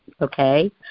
okay